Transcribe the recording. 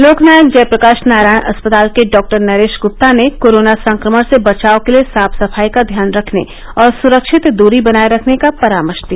लोक नायक जयप्रकाश नारायण अस्पताल के डॉक्टर नरेश गुप्ता ने कोरोना संक्रमण से बचाव के लिए साफ सफाई का ध्यान रखने और सुरक्षित दुरी बनाये रखने का परामर्श दिया